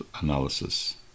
analysis